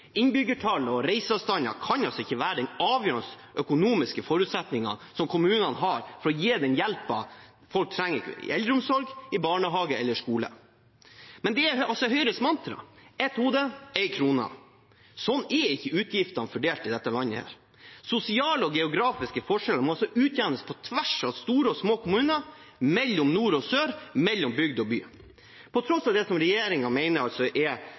Innbyggertall og reiseavstander kan altså ikke være de avgjørende økonomiske forutsetningene som kommunene har for å gi den hjelpen folk trenger, i eldreomsorg, i barnehage eller i skole. Men det er altså Høyres mantra: ett hode, én krone. Sånn er ikke utgiftene fordelt i dette landet. Sosiale og geografiske forskjeller må utjevnes på tvers av store og små kommuner, mellom nord og sør, mellom bygd og by. Regjeringen snakker om tidenes kommuneøkonomi, men alle budsjettundersøkelser viser det motsatte. Det er